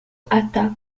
hâta